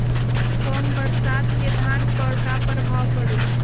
कम बरसात के धान पर का प्रभाव पड़ी?